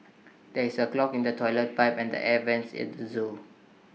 there is A clog in the Toilet Pipe and the air Vents at the Zoo